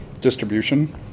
distribution